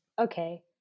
Okay